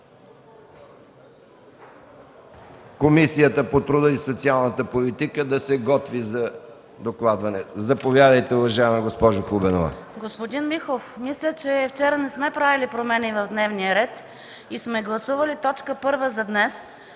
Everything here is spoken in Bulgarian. Комисията по труда и социалната политика да се готви за докладването. Заповядайте, госпожо Хубенова. СИЛВИЯ ХУБЕНОВА (ГЕРБ): Господин Миков, мисля, че вчера не сме правили промени в дневния ред и сме гласували точка първа за днес